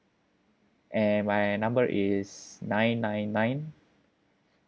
and my number is nine nine nine